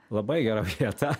labai gera vieta